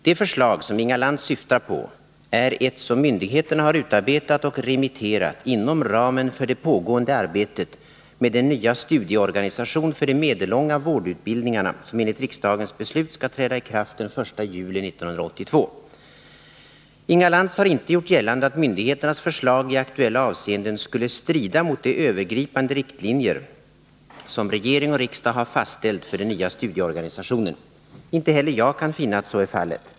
Det förslag som Inga Lantz syftar på är ett som myndigheterna har utarbetat och remitterat inom ramen för det pågående arbetet med den nya studieorganisation för de medellånga vårdutbildningarna som enligt riksdagens beslut skall träda i kraft den 1 juli 1982. Inga Lantz har inte gjort gällande att myndigheternas förslag i aktuella avseenden skulle strida mot de övergripande riktlinjer som regering och riksdag har fastställt för den nya studieorganisationen. Inte heller jag kan finna att så är fallet.